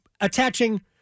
Attaching